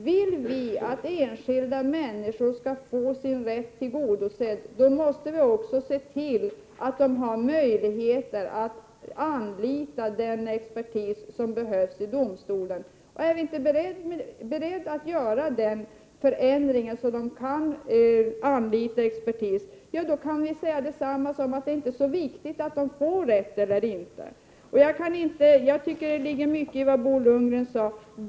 Vill vi att enskilda människor skall få sin rätt tillgodosedd, måste vi se till att de har möjligheter att anlita den expertis som behövs i domstolen. Om vi inte är beredda att göra den förändringen, är det detsamma som att säga att det inte är så viktigt om de får rätt eller inte. Jag tycker att det ligger mycket i det som Bo Lundgren sade.